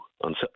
on